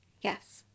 Yes